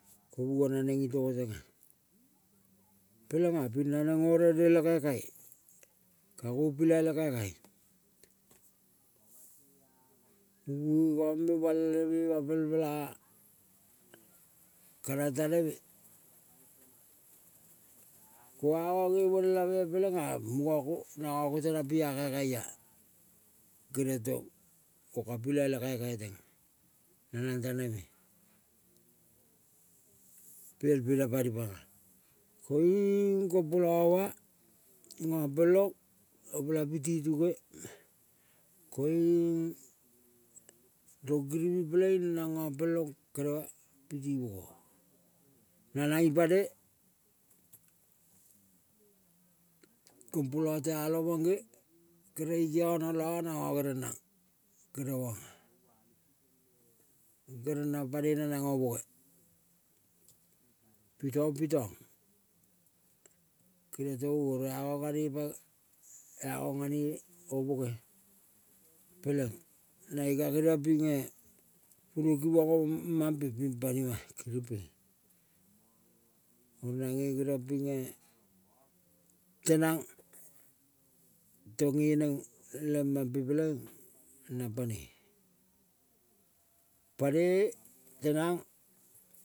Ko munga naneng itogo menga, pelenga ping naneng ngo ere le kekeia. Kango pilai le kaikai, tungulu mame balveme ma el mela tanang teneme. Ko angange bonela me pelenga mungako nangako tenang pia kaikai-a, keniong tong ko ka pilai le kaikai na nang taneme piel pe na panipanga. Koiung gopola oma ngampelong opela piti tuke koiung rong giriving peleng nang ngam pelong kenema piti mogo. Nanang ipane kompola tealong monge kere ikiana la nanga gere nang keremanga kere nang panoi nanang el boge. Pi tong pi tong keriong tongo oro angang ngane pang angang ngane-o boge, peleng nae ka kiniong pinge omampe ping panima kirimpa. Oro nange keniong ping tenang tong ngeneng le mampe peleng nang panoi, panoi tenang.